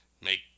make